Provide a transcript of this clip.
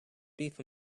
beef